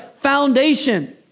foundation